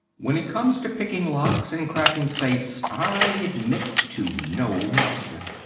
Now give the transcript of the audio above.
when it comes to picking locks and cracking safes i admit to no master.